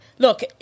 Look